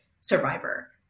survivor